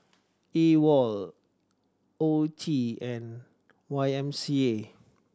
AWOL O T and Y M C A